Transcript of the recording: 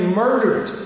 murdered